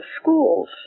schools